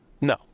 no